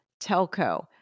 telco